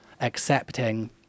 accepting